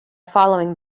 following